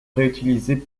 réutilisées